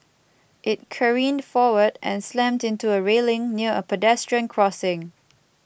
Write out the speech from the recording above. it careened forward and slammed into a railing near a pedestrian crossing